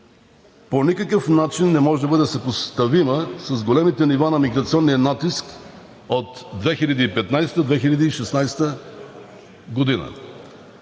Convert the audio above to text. по никакъв начин не може да бъде съпоставима с големите нива на миграционния натиск от 2015-а, 2016 г.,